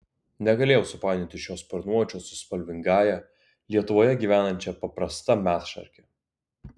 negalėjau supainioti šio sparnuočio su spalvingąja lietuvoje gyvenančia paprasta medšarke